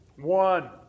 One